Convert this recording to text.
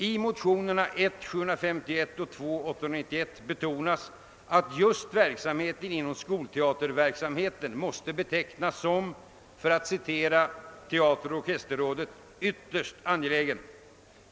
I motionerna 1: 751 och II: 891 betonas att just verksamheten inom skolteatern måste, för att citera Teateroch orkesterrådet, betecknas som >»ytterst angelägen».